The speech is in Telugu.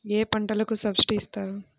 ఏ పంటకు సబ్సిడీ ఇస్తారు?